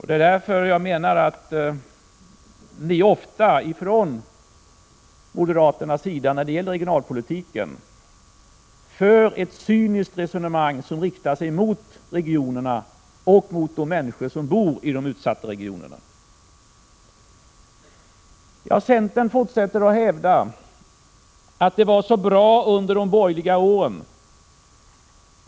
Det är därför jag menar att ni ofta från moderat håll när det gäller regionalpolitiken för ett cyniskt resonemang som riktar sig mot regionerna och mot de människor som bor i de utsatta regionerna. Centern fortsätter att hävda att det var så bra under de borgerliga åren.